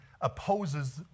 opposes